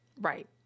Right